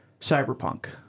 Cyberpunk